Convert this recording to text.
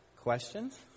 questions